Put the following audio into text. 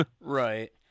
Right